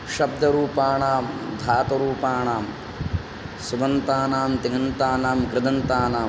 शब्दरूपाणां धातरूपाणां सुबन्तानां तिङन्तानां कृदन्तानां